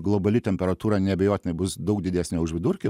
globali temperatūra neabejotinai bus daug didesnė už vidurkį